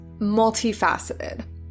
multifaceted